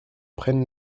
prenne